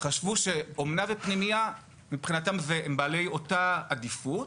חשבו שאומנה ופנימייה מבחינתם הן בעלי אותה עדיפות,